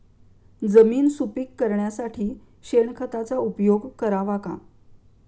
जमीन सुपीक करण्यासाठी शेणखताचा उपयोग करावा का?